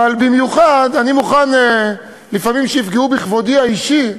אבל במיוחד אני מוכן לפעמים שיפגעו בכבודי האישי,